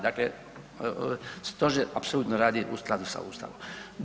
Dakle, stožer apsolutno radi u skladu sa ustavom.